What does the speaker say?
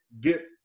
get –